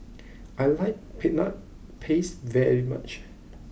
I like Peanut Paste very much